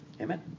Amen